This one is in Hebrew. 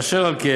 אשר על כן,